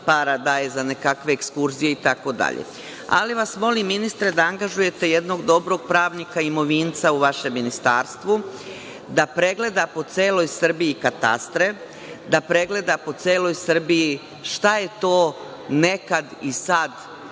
para daje za nekakve ekskurzije itd. Ali vas molim ministre da angažujete jednog dobrog pravnika imovinca u vašem ministarstvu, da pregleda po celoj Srbiji katastre, da pregleda po celoj Srbiji šta je to nekad i sad